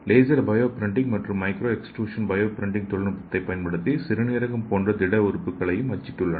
laser bioprinting மற்றும் micro extrusion bioprinting தொழில்நுட்பத்தைப் பயன்படுத்தி சிறுநீரகம் போன்ற திட உறுப்புகளையும் அச்சிட்டுள்ளனர்